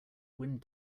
wind